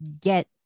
get